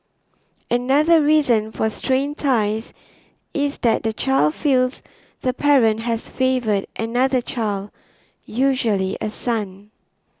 another reason for strained ties is that the child feels the parent has favoured another child usually a son